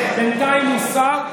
בינתיים הוא הוסר.